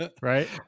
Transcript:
Right